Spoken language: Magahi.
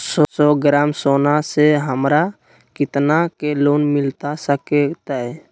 सौ ग्राम सोना से हमरा कितना के लोन मिलता सकतैय?